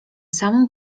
samą